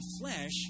flesh